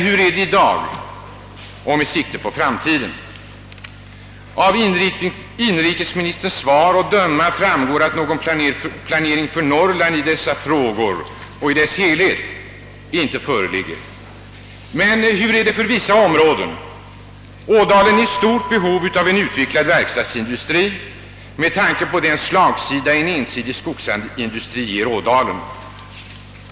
Hur är det i dag och med sikte på framtiden? Av inrikesministerns svar att döma föreligger inte någon planering för Norrland i de frågor det här gäller. Men hur är det för vissa områden? Ådalen är i stort behov av en utvecklad verkstadsindustri med tanke på den slagsida en ensidig skogsindustri ger Ådalen.